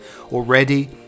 already